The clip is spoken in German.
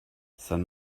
san